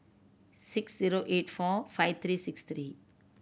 six zero eight four five three six three